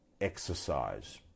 Exercise